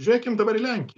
žiūrėkim dabar į lenkiją